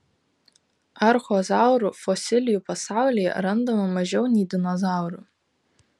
archozaurų fosilijų pasaulyje randama mažiau nei dinozaurų